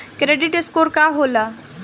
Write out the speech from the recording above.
Credit score का होला?